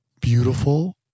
beautiful